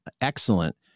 excellent